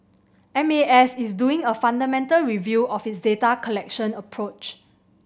M A S is doing a fundamental review of its data collection approach